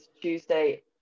Tuesday